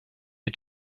you